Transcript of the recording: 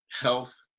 health